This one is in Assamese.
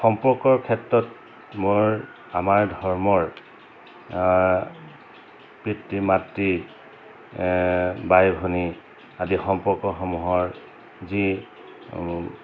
সম্পৰ্কৰ ক্ষেত্ৰত মোৰ আমাৰ ধৰ্মৰ পিতৃ মাতৃ বাই ভনী আদি সম্পৰ্কসমূহৰ যি